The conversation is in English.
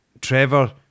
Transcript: Trevor